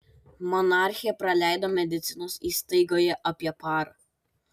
monarchė praleido medicinos įstaigoje apie parą